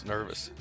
Nervous